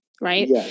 right